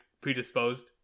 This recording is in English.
predisposed